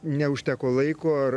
neužteko laiko ar